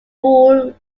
full